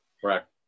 correct